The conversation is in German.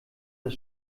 das